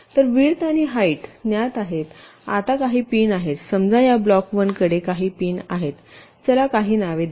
तर विड्थ आणि हाईट ज्ञात आहेत आता काही पिन आहेत समजा या ब्लॉक 1 कडे काही पिन आहेत चला काही नावे द्या